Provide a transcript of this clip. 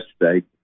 yesterday